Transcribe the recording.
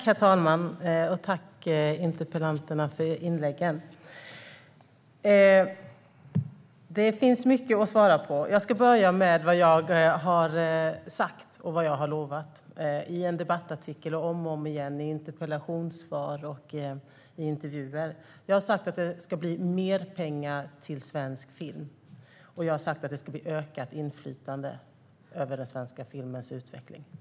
Herr talman! Jag tackar debattörerna för inläggen. Det finns mycket att svara på. Jag ska börja med vad jag har sagt och vad jag har lovat i en debattartikel och om och om igen i interpellationssvar och intervjuer. Jag har sagt att det ska bli mer pengar till svensk film och att det ska bli ökat inflytande över den svenska filmens utveckling.